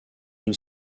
une